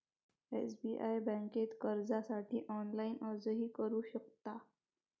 SBI बँकेत कर्जासाठी online अर्जही करू शकता